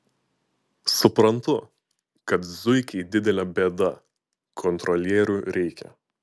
suprantu kad zuikiai didelė bėda kontrolierių reikia